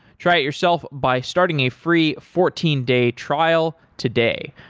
try it yourself by starting a free fourteen day trial today.